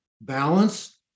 balance